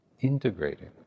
integrating